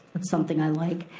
that's something i like.